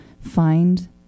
find